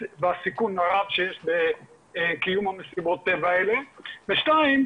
והסיכון הרב שיש בקיום מסיבות הטבע האלה ושנית,